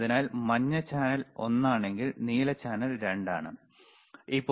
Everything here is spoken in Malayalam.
അതിനാൽ മഞ്ഞ ചാനൽ ഒന്നാണെങ്കിൽ നീല ചാനൽ 2 ആണ്